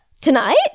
tonight